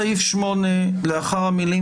הצבעה מס' 2 בעד ההסתייגות